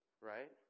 Right